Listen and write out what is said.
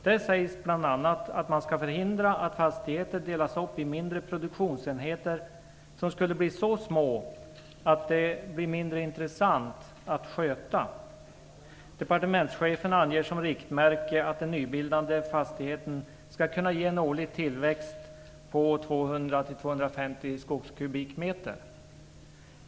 Där sägs bl.a. att man skall förhindra att fastigheter delas upp i mindre produktionsenheter som skulle bli så små att de blir mindre intressanta att sköta. Departementschefen anger som riktmärke att den nybildade fastigheten skall kunna ge en årlig tillväxt på 200-250 skogskubikmeter.